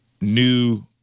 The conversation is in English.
new